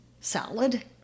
salad